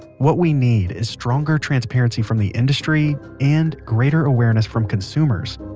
what we need is stronger transparency from the industry and greater awareness from consumers.